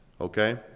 okay